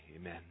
Amen